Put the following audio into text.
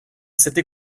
cette